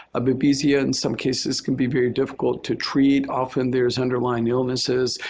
ah babesia in some cases can be very difficult to treat. often there's underlying illnesses,